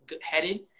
headed